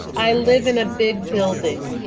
i live in a big building.